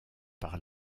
par